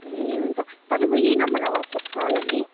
ए हुन्छ तपाईँको यही नम्बरमा वाट्सएप छ होला नि